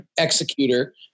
executor